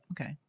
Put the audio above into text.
Okay